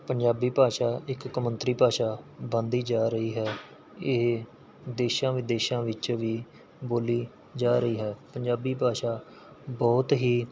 ਪੰਜਾਬੀ ਭਾਸ਼ਾ ਇੱਕ ਕੌਮਾਂਤਰੀ ਭਾਸ਼ਾ ਬਣਦੀ ਜਾ ਰਹੀ ਹੈ ਇਹ ਦੇਸ਼ਾਂ ਵਿਦੇਸ਼ਾਂ ਵਿੱਚ ਵੀ ਬੋਲੀ ਜਾ ਰਹੀ ਹੈ ਪੰਜਾਬੀ ਭਾਸ਼ਾ ਬਹੁਤ ਹੀ